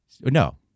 No